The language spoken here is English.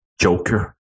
Joker